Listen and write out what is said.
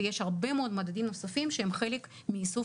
ויש הרבה מאוד מדדים נוספים שהם חלק מאיסוף